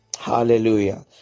Hallelujah